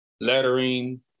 lettering